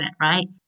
right